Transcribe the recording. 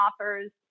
offers